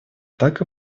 так